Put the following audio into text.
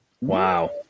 Wow